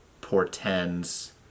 portends